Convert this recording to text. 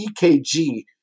EKG